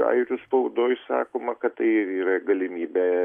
airių spaudoj sakoma kad tai yra galimybė